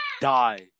die